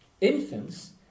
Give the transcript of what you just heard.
Infants